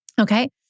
okay